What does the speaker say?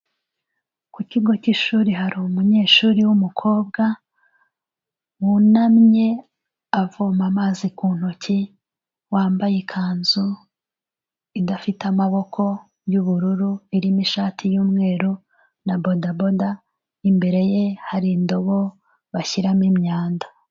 Ku kigo cy'ishuri hari umunyeshuri w'umukobwa wunamye avoma amazi ku ntoki, wambaye ikanzu idafite amaboko y'ubururu irimo ishati y'umweru na bodaboda imbere ye hari indobo bashyiramo imyanda.